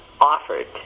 offered